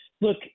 look